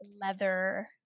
leather